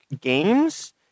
Games